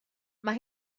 mae